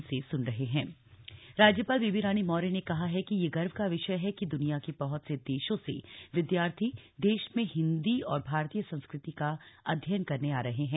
राज्यपाल राज्यपाल बेबी रानी मौर्य ने कहा है कि यह गर्व का विषय है कि दुनिया के बहुत से देशों से विद्यार्थी देश में हिन्दी और भारतीय संस्कृति का अध्ययन करने आ रहे हैं